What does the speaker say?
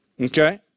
Okay